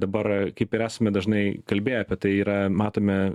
dabar kaip ir esame dažnai kalbėję apie tai yra matome